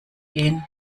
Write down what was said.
gehen